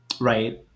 Right